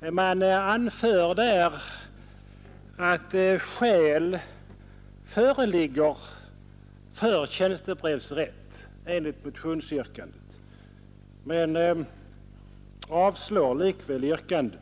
Utskottet skriver att skäl föreligger för tjänstebrevsrätt men avstyrker likväl motionsyrkandet.